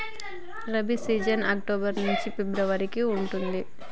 rabi season October నుంచి February వరకు ఉంటది